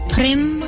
Prim